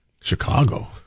Chicago